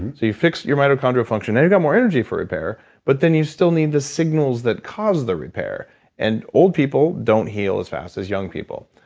you fix your mitochondrial function, and you've got more energy for repair but then you still need the signals that cause the repair and old people don't heal as fast as young people.